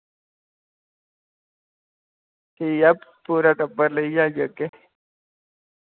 ठीक ऐ पूरा टब्बर लेइयै आई जाह्गे